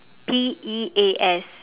P E A S